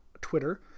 Twitter